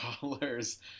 dollars